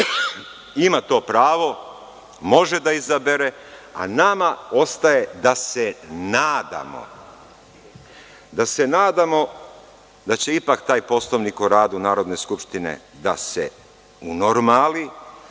ima to pravo, može da izabere, a nama ostaje da se nadamo, da se nadamo da će ipak taj Poslovnik o radu Narodne skupštine da se unormali,